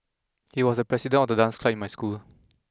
he was the president of the dance club in my school